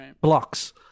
blocks